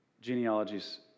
genealogies